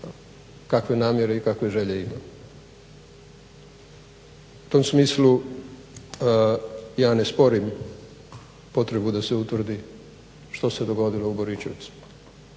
kakve namjere i kakve želje ima. U tom smislu ja ne sporim potrebu da se utvrdi što se dogodilo u Borićevcima,